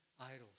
idols